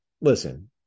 listen